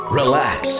relax